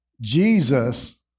Jesus